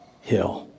hill